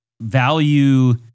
value